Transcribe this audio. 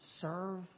serve